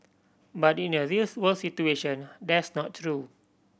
but in a reals world situation that's not true